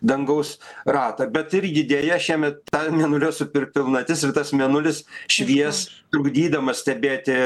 dangaus ratą bet irgi deja šiemet ta mėnulio superpilnatis ir tas mėnulis švies trukdydamas stebėti